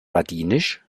ladinisch